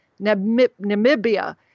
Namibia